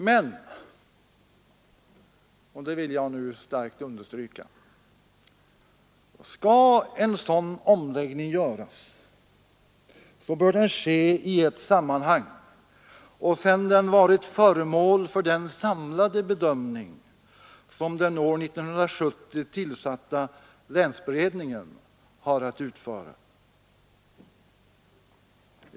Men — och det vill jag särskilt understryka — skall en sådan omläggning göras, bör den ske i ett sammanhang och sedan den varit föremål för den samlade bedömning som den år 1970 tillsatta länsberedningen har att utföra.